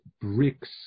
bricks